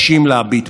מי שמכיר את עבודת